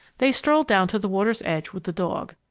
they strolled down to the water's edge with the dog,